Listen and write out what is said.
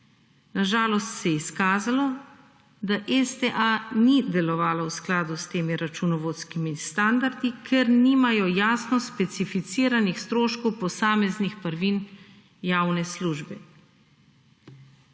Na žalost se je izkazalo, da STA ni delovalo v skladu s temi računovodskimi standardi, ker nimajo jasno specificiranih stroškov posameznih prvin javne službe.